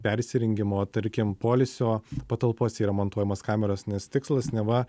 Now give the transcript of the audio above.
persirengimo tarkim poilsio patalpose yra montuojamos kameros nes tikslas neva